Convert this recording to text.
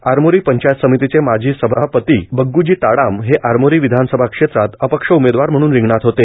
आरमोरी पंचायत समितीचे माजी सभापती बग्गूजी ताडाम हे आरमोरी विधानसभा क्षेत्रात अपक्ष उमेदवार म्हणून रिंगणात होते